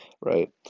right